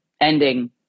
ending